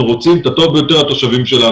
שאנחנו רוצים את הטוב ביותר לתושבים שלנו.